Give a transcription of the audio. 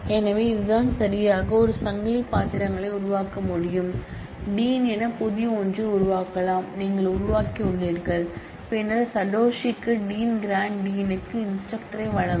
எனவே இதுதான் சரியாக ஒரு சங்கிலி பாத்திரங்களை உருவாக்க முடியும் டீன் என புதிய ஒன்றை உருவாக்கலாம் நீங்கள் உருவாக்கியுள்ளீர்கள் பின்னர் சடோஷிக்கு டீன் கிராண்ட் டீனுக்கு இன்ஸ்டிரக்டரைவழங்கவும்